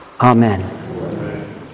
Amen